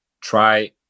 try